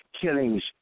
killings